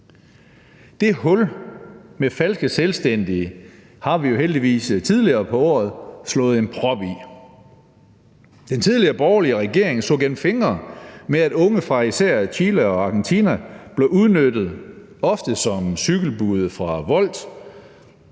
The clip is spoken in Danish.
Det hul med falske selvstændige har vi jo heldigvis tidligere på året sat en prop i. Den tidligere borgerlige regering så gennem fingre med, at unge fra især Chile og Argentina blev udnyttet, ofte som cykelbude hos Wolt.